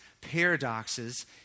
paradoxes